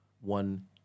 one